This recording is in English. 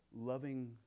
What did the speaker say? loving